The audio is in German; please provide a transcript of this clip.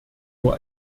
nur